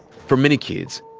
for many kids,